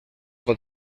pot